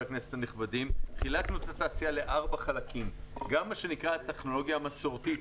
חילקנו את התעשייה לארבעה חלקים: גם הטכנולוגיה המסורתית,